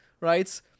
right